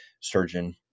surgeon